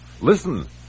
Listen